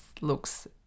looks